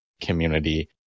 community